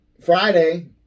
Friday